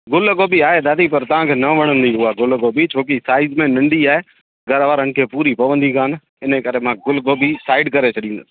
गुलु गोभी आहे दादी पर तव्हांखे न वणंदी उहा गुल गोभी छोकी साईज़ में नंढी आए घरवारन खे पूरी पवंदी कान इन करे मां गुलु गोभी साईड करे छॾींदसि